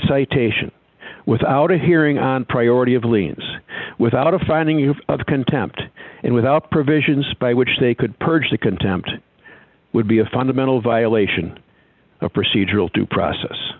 citation without a hearing on priority of liens without a finding of contempt and without provisions by which they could purge the contempt would be a fundamental violation of procedural due process